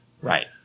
Right